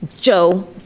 Joe